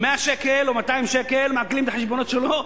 100 שקלים או 200 שקל, מעקלים את החשבונות שלו.